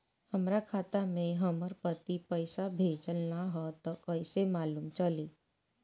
हमरा खाता में हमर पति पइसा भेजल न ह त कइसे मालूम चलि?